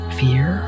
fear